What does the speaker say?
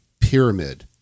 pyramid